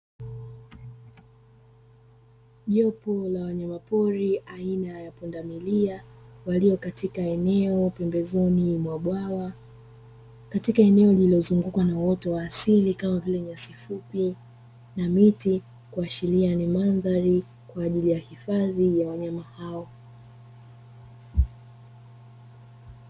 Jopu la wanyama pori aina ya pundamilia, walio katika eneo pembezoni mwa bwawa, katika eneo lililozungukwa na uoto wa asili kama vile nyasi fupi na miti, kuashiria ni mandhari kwa ajili ya hifadhi ya wanyama hao.